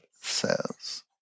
says